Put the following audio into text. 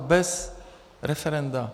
Bez referenda.